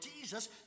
Jesus